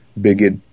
bigot